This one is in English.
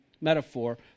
metaphor